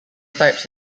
types